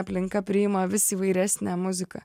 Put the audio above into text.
aplinka priima vis įvairesnė muzika